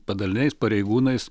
padaliniais pareigūnais